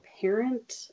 parent